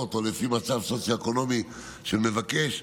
או לפי המצב הסוציו-אקונומי של המבקש.